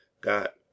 got